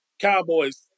Cowboys